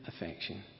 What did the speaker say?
affection